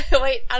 Wait